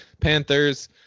Panthers